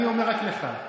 אני אומר רק לך.